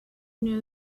know